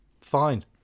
Fine